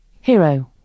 Hero